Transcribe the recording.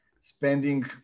spending